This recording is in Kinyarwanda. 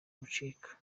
bucika